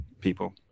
people